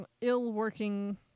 ill-working